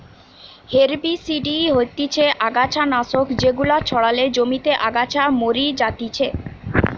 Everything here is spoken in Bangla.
হেরবিসিডি হতিছে অগাছা নাশক যেগুলা ছড়ালে জমিতে আগাছা মরি যাতিছে